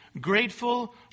grateful